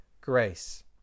grace